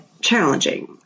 challenging